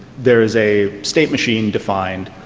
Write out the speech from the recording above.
there's a state machine define,